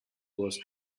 was